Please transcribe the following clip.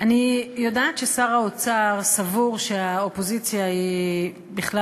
אני יודעת ששר האוצר סבור שהאופוזיציה בכלל